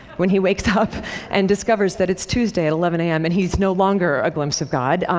when he wakes up and discovers that it's tuesday at eleven a m, and he's no longer a glimpse of god.